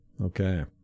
Okay